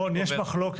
רון, יש מחלוקת.